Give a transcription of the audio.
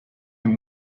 and